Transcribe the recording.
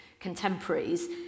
contemporaries